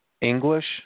English